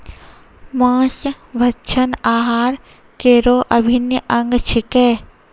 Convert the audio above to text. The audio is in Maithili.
मांस भक्षण आहार केरो अभिन्न अंग छिकै